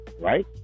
Right